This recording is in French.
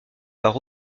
par